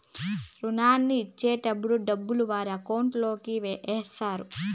రుణాన్ని ఇచ్చేటటప్పుడు డబ్బులు వారి అకౌంట్ లోకి ఎత్తారు